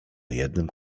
jednym